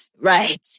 Right